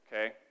okay